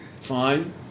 fine